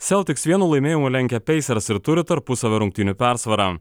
seltiks vienu laimėjimu lenkia peisers ir turi tarpusavio rungtynių persvarą